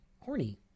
horny